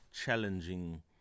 challenging